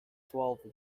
twelfth